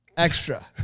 extra